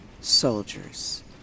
soldiers